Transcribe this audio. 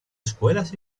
escuelas